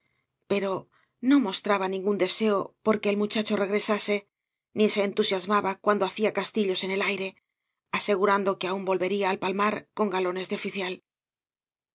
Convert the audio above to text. pero no mostraba ningún deseo por que el muchacho regresase ni se entusiasmaba cuando hacía castillos en el aire asegurando que aún volvería al palmar con galones de oficial